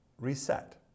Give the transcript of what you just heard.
reset